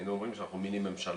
היינו אומרים שאנחנו מיני ממשלה,